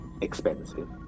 expensive